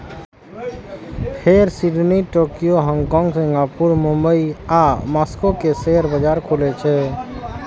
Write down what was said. फेर Sydney, Tokyo, Hong Kong, Singapore, Mumbai आ Moscow के शेयर बाजार खुलै छै